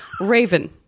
Raven